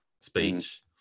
speech